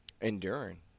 enduring